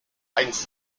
eins